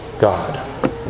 God